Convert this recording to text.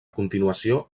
continuació